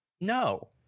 No